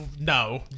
no